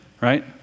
right